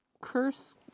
curse